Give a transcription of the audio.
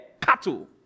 cattle